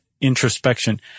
introspection